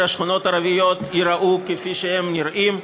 השכונות הערביות ייראו כפי שהן נראות.